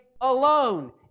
alone